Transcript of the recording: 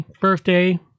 birthday